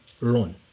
run